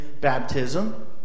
baptism